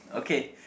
okay